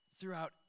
throughout